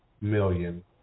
million